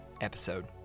episode